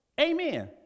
Amen